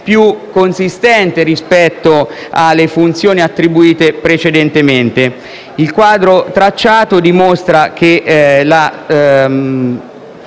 più consistente rispetto alle funzioni attribuite precedentemente. Il quadro tracciato dimostra che la